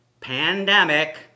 pandemic